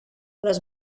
les